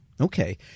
Okay